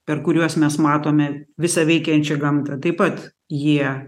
per kuriuos mes matome visą veikiančią gamtą taip pat jie